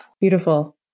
Beautiful